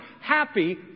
happy